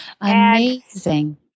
amazing